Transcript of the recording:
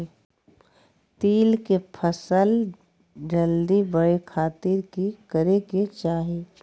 तिल के फसल जल्दी बड़े खातिर की करे के चाही?